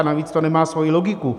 Navíc to nemá svoji logiku.